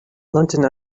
london